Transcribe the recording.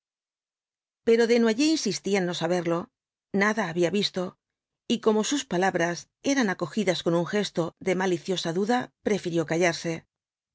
pero desnoyers insistía en no saberlo nada había visto y como sus palabras eran acogidas con un gesto de maliciosa duda prefirió callarse